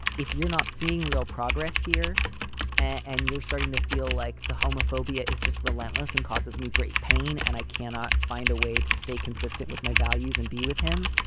if you're not seeing real progress here and you're starting to feel like the homophobia is just relentless and causes me great pain and i cannot find a way to stay consistent with my values and be with him,